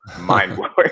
mind-blowing